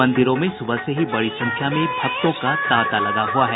मंदिरों में सुबह से ही बड़ी संख्या में भक्तों का तांता लगा हुआ है